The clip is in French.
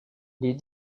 les